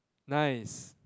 nice